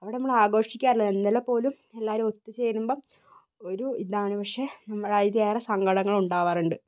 അവിടെ നമ്മള് ആഘോഷിക്കാറില്ല എന്നാല് പോലും എല്ലാരും ഒത്ത് ചേരുമ്പം ഒരു ഇതാണ് പക്ഷേ നമ്മള് അതിൽ ഏറെ സങ്കടങ്ങളുണ്ടാവാറുണ്ട്